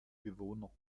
bewohner